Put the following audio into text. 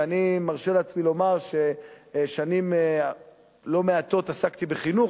ואני מרשה לעצמי לומר ששנים לא מעטות עסקתי בחינוך,